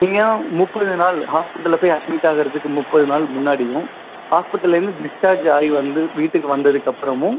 நீங்கள் முப்பது நாள் ஹாஸ்பிட்டலில் போயி அட்மிட்டாகுறதுக்கு முப்பது நாள் முன்னாடியும் ஹாஸ்பிட்டல்லேருந்து டிஸ்சார்ஜ் ஆகி வந்து வீட்டுக்கு வந்ததுக்கப்புறமும்